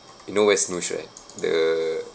you know where is noosh right the